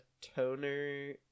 toner